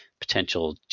potential